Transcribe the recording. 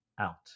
out